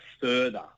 further